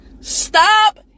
Stop